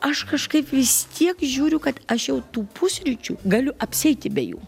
aš kažkaip vis tiek žiūriu kad aš jau tų pusryčių galiu apsieiti be jų